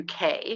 UK